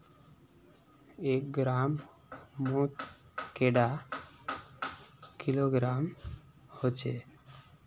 एक ग्राम मौत कैडा किलोग्राम होचे?